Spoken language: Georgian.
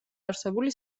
არსებული